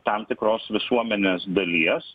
tam tikros visuomenės dalies